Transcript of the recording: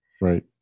Right